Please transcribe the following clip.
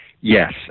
Yes